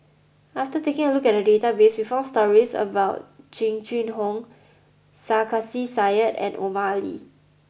after taking a look at the database we found stories about Jing Jun Hong Sarkasi Said and Omar Ali